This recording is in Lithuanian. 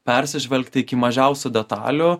persižvelgt iki mažiausių detalių